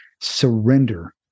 surrender